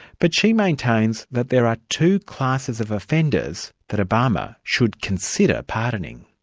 but she maintains that there are two classes of offenders that obama should consider pardoning.